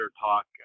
talk